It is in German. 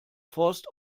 forst